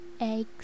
eggs